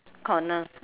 corner